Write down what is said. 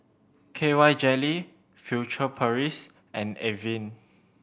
KY Jelly Furtere Paris and Avene